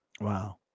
Wow